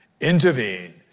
intervene